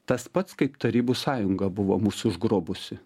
tas pats kaip tarybų sąjunga buvo mus užgrobusi